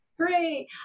Great